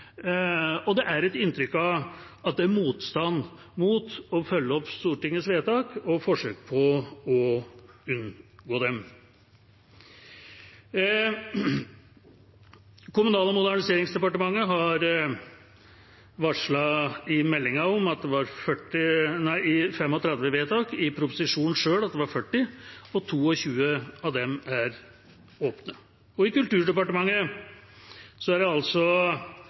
Det er et inntrykk av at det er motstand mot å følge opp Stortingets vedtak og forsøk på å unngå dem. Kommunal- og moderniseringsdepartementet har varslet i meldinga at det var 35 vedtak, og i proposisjonen at det var 40. 22 av dem er åpne. I Kulturdepartementet er det varslet 25. I proposisjonen ble det sagt 39, og det er 32 åpne, altså